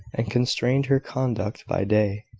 and constrained her conduct by day.